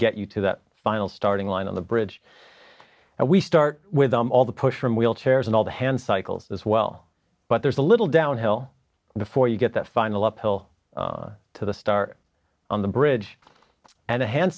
get you to that final starting line on the bridge and we start with all the push from wheelchairs and all the hand cycles as well but there's a little downhill before you get that final uphill to the star on the bridge and a hand